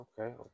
Okay